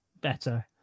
better